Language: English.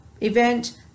event